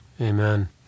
Amen